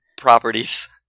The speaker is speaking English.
properties